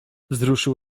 wzruszył